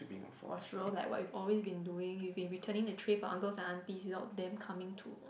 for sure like what you've always been doing you've been returning the tray for uncles and aunties without them coming to